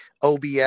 OBS